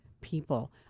people